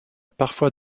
parfois